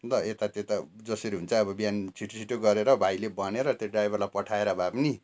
ल यता त्यता जसरी हुन्छ अब बिहान छिटो छिटो गरेर भाइले भनेर त्यो ड्राइभरलाई पठाएर भए पनि